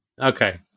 Okay